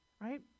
Right